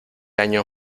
año